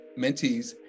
Mentees